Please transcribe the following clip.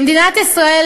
במדינת ישראל,